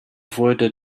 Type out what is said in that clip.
wurde